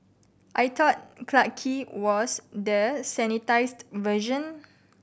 I thought Clarke Quay was the sanitised version